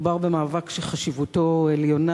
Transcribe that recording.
מדובר במאבק שחשיבותו עליונה,